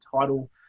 title